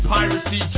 Piracy